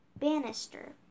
banister